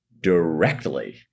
directly